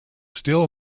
still